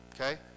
Okay